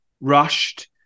rushed